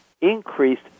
increased